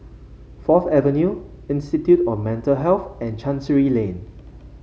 Fourth Avenue Institute of Mental Health and Chancery Lane